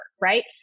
right